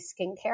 skincare